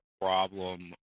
problem